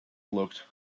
looked